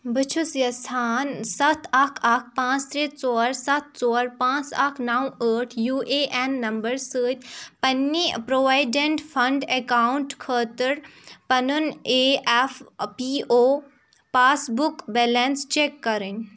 بہٕ چھُس یژھان سَتھ اَکھ اَکھ پانٛژھ ترٛےٚ ژور سَتھ ژور پانٛژھ اَکھ نَو ٲٹھ یوٗ اے اٮ۪ن نَمبَر سۭتۍ پنٛنہِ پرٛووایڈٮ۪نٛٹ فنٛڈ اٮ۪کاوُنٛٹ خٲطٕر پَنُن E F P O passbook balance check کَرٕنۍ